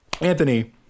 Anthony